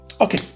Okay